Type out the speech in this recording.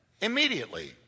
immediately